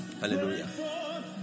Hallelujah